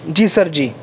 جی sir جی